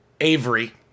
Avery